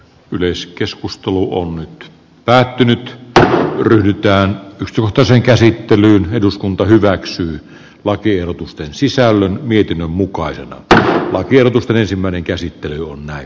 yleiskeskustelua on nyt päätynyt ryhdyttyään tuon toisen käsittelyn eduskunta hyväksyy lakiehdotusten sisällön niityn mukaan se ja niin tällä vaalikaudella on tehty